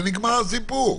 ונגמר הסיפור.